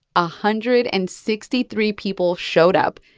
a hundred and sixty-three people showed up,